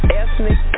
ethnic